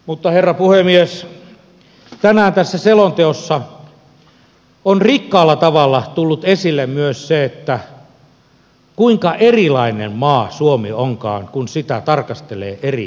mutta herra puhemies tänään tässä selonteossa on rikkaalla tavalla tullut esille myös se kuinka erilainen maa suomi onkaan kun sitä tarkastelee eri näkövinkkeleistä